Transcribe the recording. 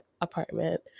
apartment